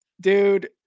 dude